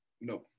No